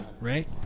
right